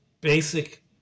basic